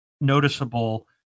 noticeable